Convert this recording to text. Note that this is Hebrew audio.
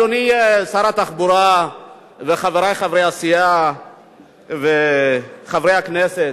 אדוני שר התחבורה וחברי חברי הסיעה וחברי הכנסת,